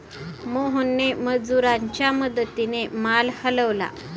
मोहनने मजुरांच्या मदतीने माल हलवला